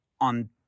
on